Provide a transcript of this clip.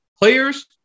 players